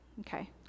Okay